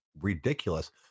ridiculous